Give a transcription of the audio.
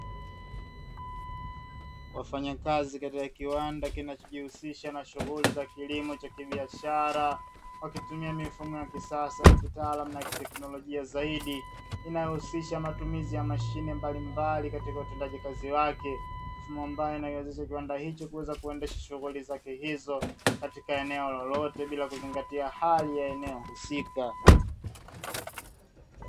Wafanyakazi katika kiwanda kinachojihusisha na shughuli za kilimo cha kibiashara wakitumia mifumo ya kisasa ya kitaalamu na kiteknolojia zaidi inayohusisha matumizi ya mashine mbalimbali katika utendaji kazi wake. Mfumo ambao unawezesha kiwanda hicho kuweza kuendesha shughuli zake hizo, katika eneo lolote bila kuzingatia hali ya eneo husika.